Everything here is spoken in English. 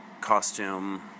costume